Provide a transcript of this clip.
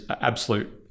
absolute